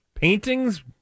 Paintings